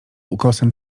ukosem